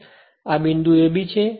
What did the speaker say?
અને આ બિંદુ ab છે